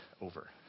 over